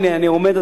הנה אני עומד,